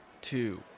Two